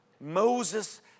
Moses